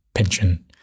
pension